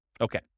Okay